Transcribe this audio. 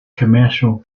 commercial